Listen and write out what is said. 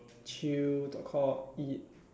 chill talk cock eat